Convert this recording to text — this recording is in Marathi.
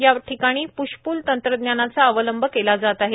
या ठिकाणी प्शपूल तंत्रज्ञानाचा अवलंब केला जात आहे